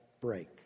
break